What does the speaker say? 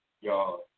y'all